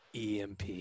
EMP